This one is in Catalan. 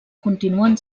continuen